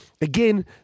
again